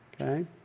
okay